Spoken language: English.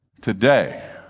today